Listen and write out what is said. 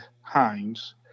Hines